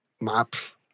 maps